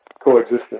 coexistence